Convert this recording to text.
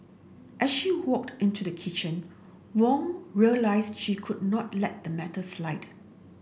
as she walked into the kitchen Wong realised she could not let the matter slide